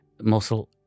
muscle